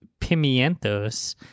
pimientos